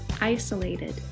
isolated